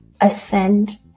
ascend